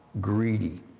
greedy